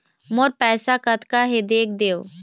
मोर पैसा कतका हे देख देव?